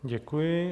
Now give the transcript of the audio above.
Děkuji.